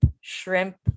shrimp